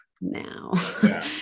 now